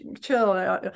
chill